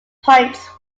points